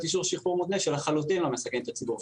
שחרור מותנה שלחלוטין לא מסכן את הציבור.